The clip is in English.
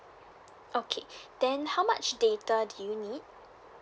okay then how much data do you need